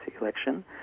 election